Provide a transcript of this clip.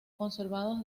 conservados